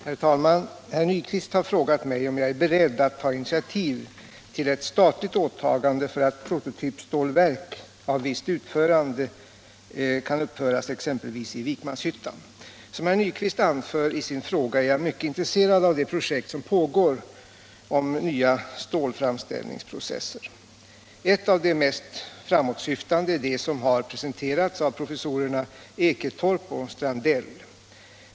Herr talman! Herr Nyquist har frågat mig om jag är beredd att ta initiativ till ett statligt åtagande för ett prototypstålverk av visst utförande, att uppföras exempelvis i Vikmanshyttan. Som herr Nyquist anför i sin fråga är jag mycket intresserad av de projekt som pågår för nya stålframställningsprocesser. Ett av det mest framåtsyftande är det som har presenterats av professorerna Eketorp och Strandell.